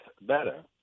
better